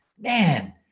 Man